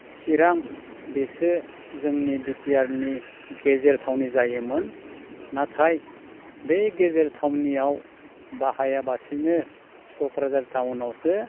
चिरां बेसो जोंनि बिटिआरनि गेजेरथावनि जायोमोन नाथाय बे गेजेर थावनियाव बाहायाबासिनो क'क्राझार टाउनावसो